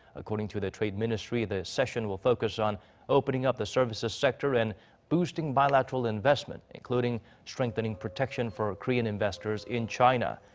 according to the trade ministry, the session will focus on opening up the services sector and boosting bilateral investment. including strengthening protection for ah korean investors in china.